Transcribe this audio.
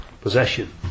Possession